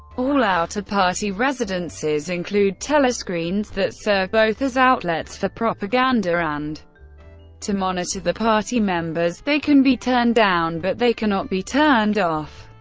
all outer party residences include telescreens that serve both as outlets for propaganda and to monitor the party members they can be turned down, but they cannot be turned off.